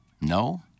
No